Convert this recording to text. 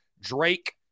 Drake